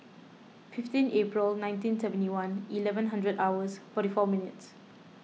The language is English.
fifteen April nineteen seventy one eleven hundred hours forty four minutes